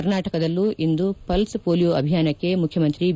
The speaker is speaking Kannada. ಕರ್ನಾಟಕದಲ್ಲೂ ಇಂದು ಪಲ್ಪ್ ಪೊಲಿಯೋ ಅಭಿಯಾನಕ್ಕೆ ಮುಖ್ಯಮಂತಿ ಬಿ